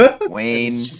Wayne